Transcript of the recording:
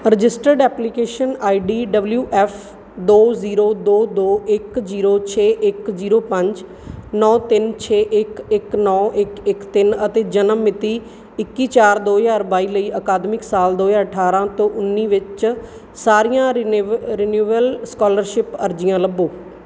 registered application I D W F ਦੋ zero ਦੋ ਦੋ ਇੱਕ ਜ਼ੀਰੋ ਛੇ ਇੱਕ ਜ਼ੀਰੋ ਪੰਜ ਨੌਂ ਤਿੰਨ ਛੇ ਇੱਕ ਇੱਕ ਨੌਂ ਇੱਕ ਇੱਕ ਤਿੰਨ ਅਤੇ ਜਨਮ ਮਿਤੀ ਇੱਕੀ ਚਾਰ ਦੋ ਹਜ਼ਾਰ ਬਾਈ ਲਈ ਅਕਾਦਮਿਕ ਸਾਲ ਦੋ ਹਜ਼ਾਰ ਅਠਾਰਾਂ ਤੋਂ ਉੱਨੀ ਵਿੱਚ ਸਾਰੀਆਂ ਰਿਨਿਵ ਰਿਨਿਉਵਲ ਸਕਾਲਰਸ਼ਿਪ ਅਰਜੀਆਂ ਲੱਭੋ